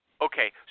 Okay